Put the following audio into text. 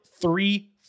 three